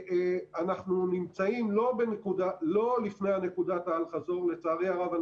אנחנו נמצאים לא לפני נקודת האל-חזור; לצערי הרב,